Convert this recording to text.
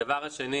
הדבר השני